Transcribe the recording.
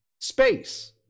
space